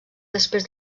després